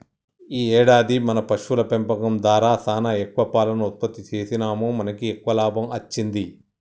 ఈ ఏడాది మన పశువుల పెంపకం దారా సానా ఎక్కువ పాలను ఉత్పత్తి సేసినాముమనకి ఎక్కువ లాభం అచ్చింది